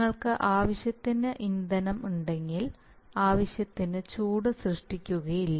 നിങ്ങൾക്ക് ആവശ്യത്തിന് ഇന്ധനം ഇല്ലെങ്കിൽ ആവശ്യത്തിന് ചൂട് സൃഷ്ടിക്കുകയില്ല